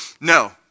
No